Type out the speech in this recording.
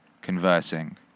conversing